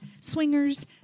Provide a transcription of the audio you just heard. swingers